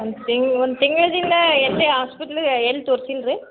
ಒಂದು ತಿಂಗ್ ಒಂದು ತಿಂಗಳ್ದಿಂದ ಎಲ್ಲಿ ಹಾಸ್ಪೆಟ್ಲಿಗೆ ಎಲ್ಲ ತೋರ್ಸೀನಿ ರೀ